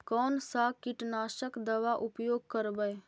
कोन सा कीटनाशक दवा उपयोग करबय?